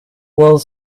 whole